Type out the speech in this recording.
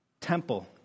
temple